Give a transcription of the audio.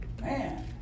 Man